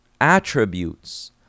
attributes